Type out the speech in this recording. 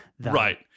Right